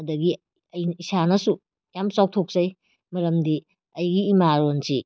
ꯑꯗꯒꯤ ꯑꯩꯅ ꯏꯁꯥꯅꯁꯨ ꯌꯥꯝ ꯆꯥꯎꯊꯣꯛꯆꯩ ꯃꯔꯝꯗꯤ ꯑꯩꯒꯤ ꯏꯃꯥ ꯂꯣꯟꯁꯤ